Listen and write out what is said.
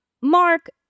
Mark